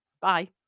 bye